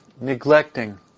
neglecting